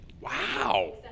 wow